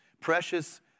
precious